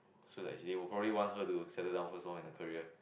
so that they will probably want her to settle down first on the career